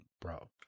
bro